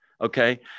Okay